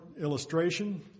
illustration